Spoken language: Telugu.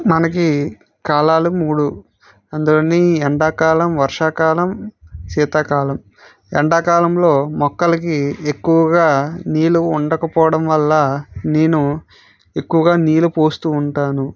మనకి కాలాలు మూడు అందులోని ఎండాకాలం వర్షాకాలం శీతాకాలం ఎండాకాలంలో మొక్కలకి ఎక్కువగా నీళ్లు ఉండకపోవడం వల్ల నేను ఎక్కువగా నీరు పోస్తూ ఉంటాను